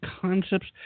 concepts